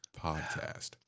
podcast